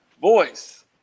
voice